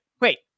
wait